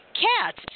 Cats